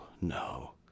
no